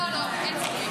לא, לא, אין סיכומים.